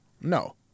No